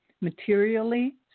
materially